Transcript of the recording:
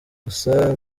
gusa